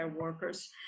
workers